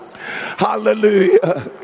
Hallelujah